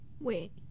Wait